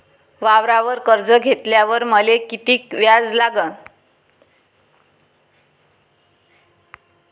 वावरावर कर्ज घेतल्यावर मले कितीक व्याज लागन?